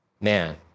man